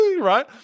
right